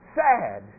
sad